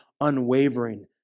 unwavering